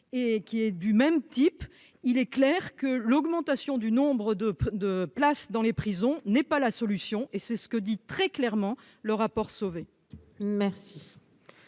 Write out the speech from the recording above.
et qui est du même type, il est clair que l'augmentation du nombre de de places dans les prisons n'est pas la solution et c'est ce que dit très clairement le rapport Sauvé. Merci.